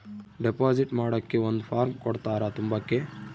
deposit ಮಾಡಕ್ಕೆ ಒಂದ್ form ಕೊಡ್ತಾರ ತುಂಬಕ್ಕೆ